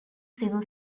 civil